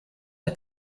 der